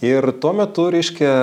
ir tuo metu reiškia